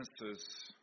Witnesses